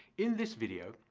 in this video,